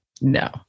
No